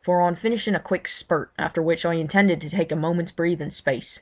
for on finishing a quick spurt, after which i intended to take a moment's breathing space,